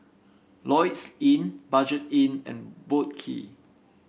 Lloyds Inn Budget Inn and Boat Quay